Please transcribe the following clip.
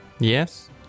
Yes